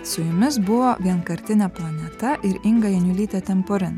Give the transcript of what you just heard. su jumis buvo vienkartinė planeta ir inga janiulytė temporin